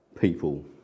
people